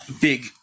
big